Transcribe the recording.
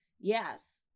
yes